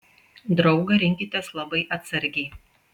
draugą rinkitės labai atsargiai